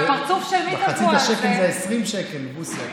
והפרצוף של מי, מחצית השקל זה 20 שקל, בוסו.